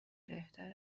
بهتر